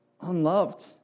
Unloved